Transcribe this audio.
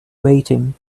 waiting